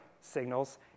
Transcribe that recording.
signals